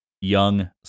young